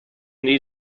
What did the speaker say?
need